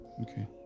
Okay